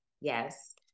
Yes